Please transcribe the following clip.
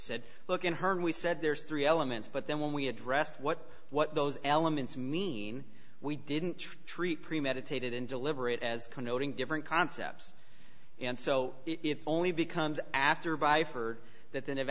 said look at her and we said there's three elements but then when we addressed what what those elements mean we didn't treat premeditated and deliberate as condoning different concepts and so it only becomes after by for that